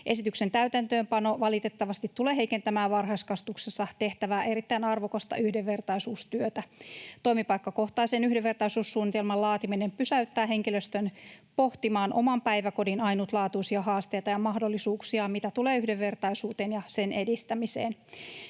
Esityksen täytäntöönpano valitettavasti tulee heikentämään varhaiskasvatuksessa tehtävää erittäin arvokasta yhdenvertaisuustyötä. Toimipaikkakohtaisen yhdenvertaisuussuunnitelman laatiminen pysäyttää henkilöstön pohtimaan oman päiväkodin ainutlaatuisia haasteita ja mahdollisuuksia, mitä tulee yhdenvertaisuuteen ja sen edistämiseen.